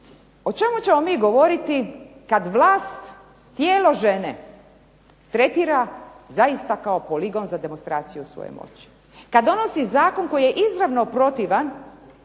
O čemu ćemo mi govoriti kada vlast tijelo žene tretira doista kao poligon za demonstraciju svoje moći. Kada donosi Zakon koji je izravno protivan